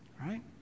right